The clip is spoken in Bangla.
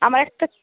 আমার একটা